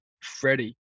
Freddie